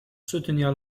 soutenir